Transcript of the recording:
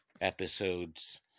episodes